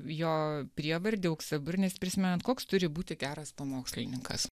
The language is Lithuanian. jo prievardį auksaburnis prisimenant koks turi būti geras pamokslininkas